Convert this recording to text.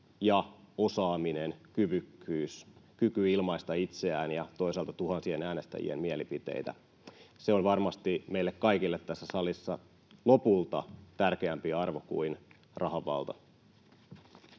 ja osaaminen, kyvykkyys, kyky ilmaista itseään ja toisaalta tuhansien äänestäjien mielipiteitä. Se on varmasti meille kaikille tässä salissa lopulta tärkeämpi arvo kuin rahan valta.